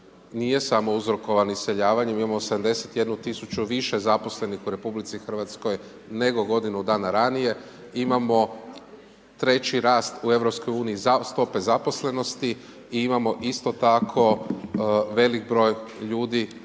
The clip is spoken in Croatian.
nije samo uzrokovan iseljavanjem, imamo 71 000 više zaposlenih u RH nego godinu dana ranije, imamo treći rast u EU-u za stope zaposlenosti i imamo isto tako veliki broj ljudi